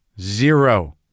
Zero